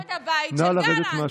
למה השכחתם את הבית של גלנט?